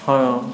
ହଁ